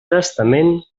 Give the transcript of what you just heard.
testament